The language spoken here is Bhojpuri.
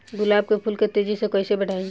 गुलाब के फूल के तेजी से कइसे बढ़ाई?